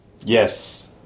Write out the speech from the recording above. Yes